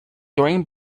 during